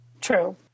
True